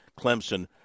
Clemson